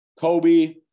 Kobe